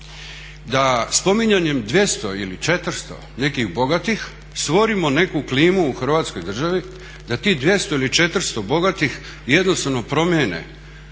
da spominjanjem 200 ili 400 nekih bogatih stvorimo neku klimu u Hrvatskoj državi da tih 200 ili 400 bogatih jednostavno promijene